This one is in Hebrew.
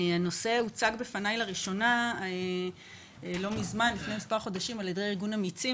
הנושא הוצג בפניי לראשונה לפני מספר חודשים על ידי ארגון אמיצים,